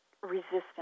resistance